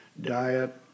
diet